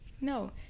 No